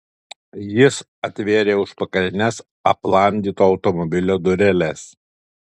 jis atvėrė užpakalines aplamdyto automobilio dureles